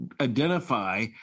identify